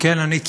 וכן, אני ציוני,